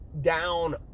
down